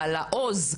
לעוז,